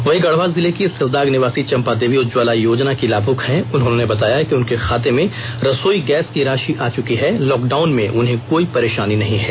वहीं गढ़वा जिले के सिलदाग निवासी चम्पा देवी उज्जवला योजना की लाभुक हैं उन्होंने बताया कि उनके खाते में रसोई गैस की राषि आ चुकी है लॉकडाउन में उन्हें कोई परेषानी नहीं है